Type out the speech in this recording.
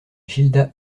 gilda